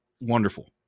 wonderful